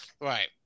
Right